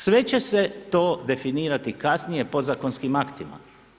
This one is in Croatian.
Sve će se to definirati kasnije podzakonskim aktima.